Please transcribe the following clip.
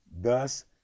Thus